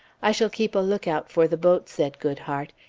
i shall keep a look-out for the boat, said goodhart.